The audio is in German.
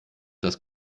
das